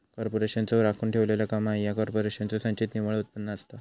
कॉर्पोरेशनचो राखून ठेवलेला कमाई ह्या कॉर्पोरेशनचो संचित निव्वळ उत्पन्न असता